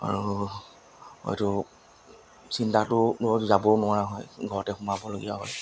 আৰু হয়তো চিন্তাটোত যাবও নোৱাৰা হয় ঘৰতে সোমাবলগীয়া হয়